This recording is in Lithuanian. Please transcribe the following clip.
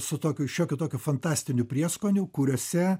su tokiu šiokiu tokiu fantastiniu prieskoniu kuriuose